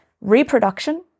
reproduction